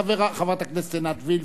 חברת הכנסת עינת וילף,